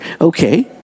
Okay